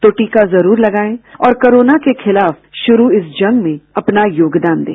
तो टीका जरूर लगाएं और कोरोना के खिलाफ इस जंग में अपना योगदान दें